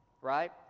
Right